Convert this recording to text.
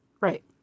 right